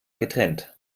getrennt